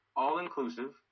all-inclusive